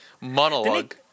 monologue